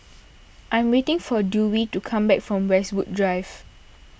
I am waiting for Dewey to come back from Westwood Drive